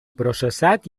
processat